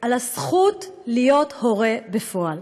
על הזכות להיות הורה בפועל.